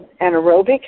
anaerobic